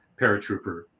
paratrooper